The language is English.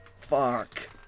Fuck